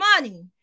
money